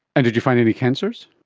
and did you find any cancers?